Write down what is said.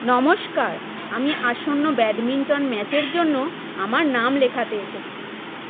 নমস্কার আমি আসন্ন ব্যাডমিন্টন ম্যাচের জন্য আমার নাম লেখাতে এসেছি